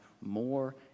more